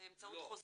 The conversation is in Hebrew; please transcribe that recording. באמצעות חוזה.